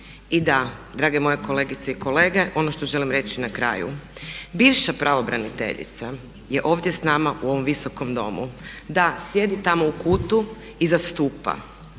I da, drage moje kolegice i kolege. Ono što želim reći na kraju, bivša pravobraniteljica je ovdje s nama u ovom Visokom domu, da, sjedi tamo u kutu iza stupa.